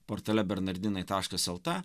portale bernardinai taškas lt